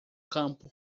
campo